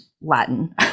Latin